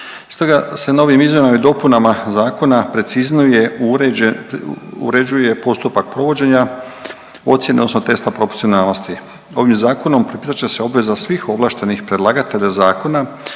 Stoga se novim izmjenama i dopunama zakona preciznije uređuje postupak provođenja ocjene odnosno testa proporcionalnosti. Ovim zakonom propisat će se obveza svih ovlaštenih predlagatelja zakona,